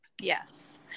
Yes